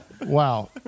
Wow